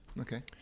Okay